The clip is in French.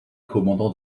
commandant